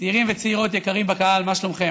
צעירים וצעירות יקרים בקהל, מה שלומכם?